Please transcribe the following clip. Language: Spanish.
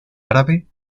árabe